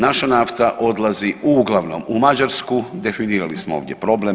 Naša nafta odlazi uglavnom u Mađarsku, definirali smo ovdje problem.